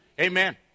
Amen